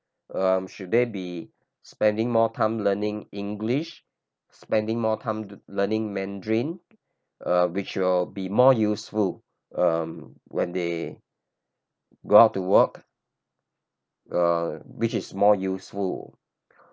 um should they be spending more time learning english spending more time to learning mandarin uh which will be more useful um when they go out to work uh which is more useful